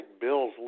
Bill's